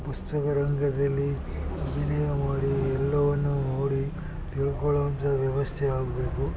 ಪುಸ್ತಕ ರಂಗದಲ್ಲಿ ಅಭಿನಯ ಮಾಡಿ ಎಲ್ಲವನ್ನೂ ನೋಡಿ ತಿಳ್ಕೊಳ್ಳುವಂಥ ವ್ಯವಸ್ಥೆ ಆಗಬೇಕು